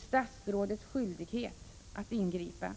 statsrådets skyldighet att ingripa.